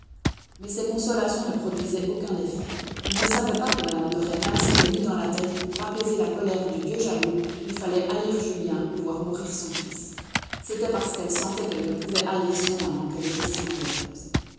mais ses consolations ne produisaient aucun effet il ne savait pas que mme de rênal s'était mis dans la tête que pour apaiser la colère du dieu jaloux il fallait haïr julien ou voir mourir son fils c'était parce qu'elle sentait qu'elle ne pouvait haïr son amant qu'elle était si malheureuse